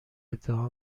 ادعا